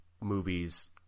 movies